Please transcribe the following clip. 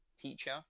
teacher